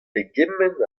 pegement